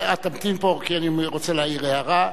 תמתין פה, כי אני רוצה להעיר הערה.